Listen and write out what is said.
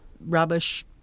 rubbish